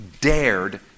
dared